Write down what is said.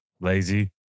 Lazy